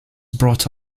brought